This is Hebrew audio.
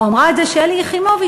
או אמרה את זה שלי יחימוביץ,